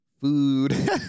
Food